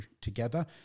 together